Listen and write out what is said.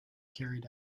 carried